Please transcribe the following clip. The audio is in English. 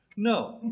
no.